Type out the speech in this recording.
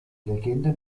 legende